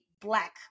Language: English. black